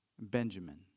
Benjamin